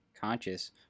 conscious